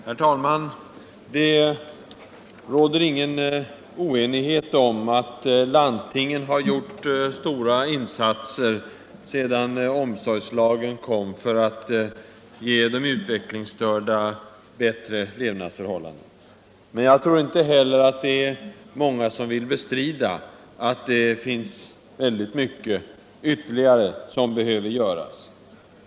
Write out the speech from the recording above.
Herr talman! Det råder ingen oenighet om att landstingen har gjort stora insatser sedan omsorgslagen kom för att ge de utvecklingsstörda bättre levnadsförhållanden. Men jag tror inte heller att det är många som vill bestrida att det finns väldigt mycket ytterligare som behöver göras.